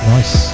Nice